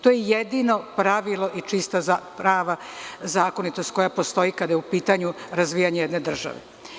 To je jedino pravilo i čista, prava zakonitost koja postoji kada je u pitanju razvijanje jedne države.